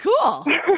Cool